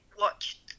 watched